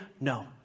no